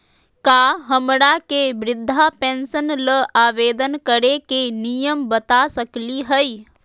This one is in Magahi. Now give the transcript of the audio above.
का हमरा के वृद्धा पेंसन ल आवेदन करे के नियम बता सकली हई?